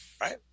right